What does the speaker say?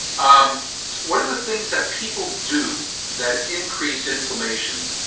um one of the things that people do that increase inflammation,